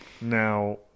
now